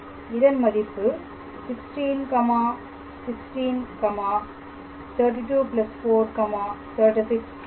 இதன் மதிப்பு 16 16 32 4 36 ஆகும்